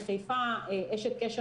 בחיפה אשת קשר,